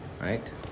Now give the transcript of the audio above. Right